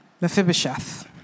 Mephibosheth